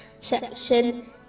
section